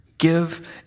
Give